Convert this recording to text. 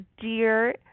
dear